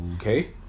okay